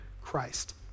Christ